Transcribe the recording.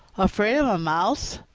afraid of a mouse?